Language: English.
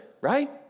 right